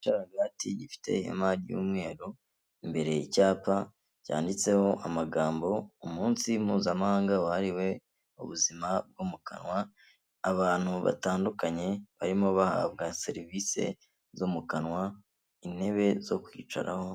Igisharagati gifite ihema ry'umweru imbere y'icyapa cyanditseho amagambo umunsi mpuzamahanga wahariwe ubuzima bwo mu kanwa, abantu batandukanye barimo bahabwa serivisi zo mu kanwa, intebe zo kwicaraho.